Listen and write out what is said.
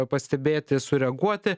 pastebėti sureaguoti